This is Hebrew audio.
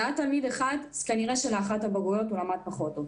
אם זה היה רק תלמיד אחד אז כנראה שהוא פשוט למד פחות טוב לבגרות,